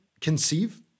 conceive